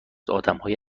آدمهای